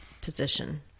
position